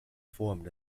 formed